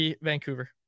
Vancouver